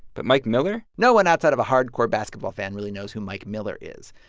but mike miller? no one outside of a hardcore basketball fan really knows who mike miller is.